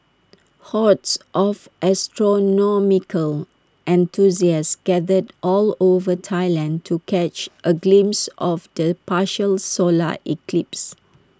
hordes of astronomical enthusiasts gathered all over Thailand to catch A glimpse of the partial solar eclipse